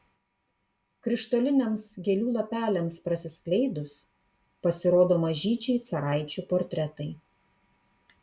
krištoliniams gėlių lapeliams prasiskleidus pasirodo mažyčiai caraičių portretai